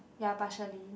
ya partially